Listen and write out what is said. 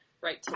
right